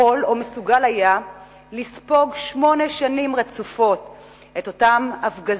יכול או מסוגל היה לספוג שמונה שנים רצופות את אותן הפגזות,